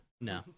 No